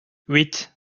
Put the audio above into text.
huit